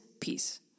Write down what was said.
peace